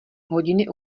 hodiny